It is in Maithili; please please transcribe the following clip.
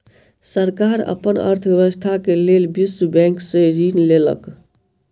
सरकार अपन अर्थव्यवस्था के लेल विश्व बैंक से ऋण लेलक